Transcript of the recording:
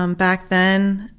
um back then,